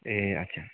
ए अच्छा